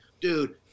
dude